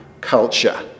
culture